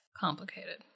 complicated